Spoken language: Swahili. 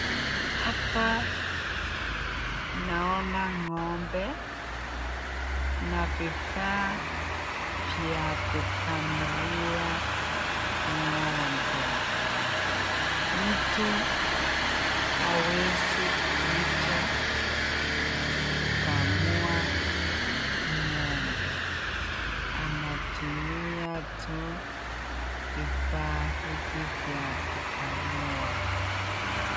Hapa naona ng'ombe na vifaa vya kukamulia ng'ombe. Mtu hawezi kuja kukamua ng'ombe anatumia tu vifaa hivi vya kukamua.